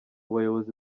bayobozi